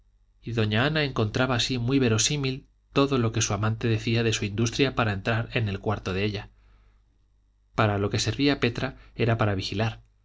y doña ana encontraba así muy verosímil todo lo que su amante decía de su industria para entrar en el cuarto de ella para lo que servía petra era para vigilar